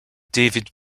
david